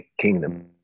kingdom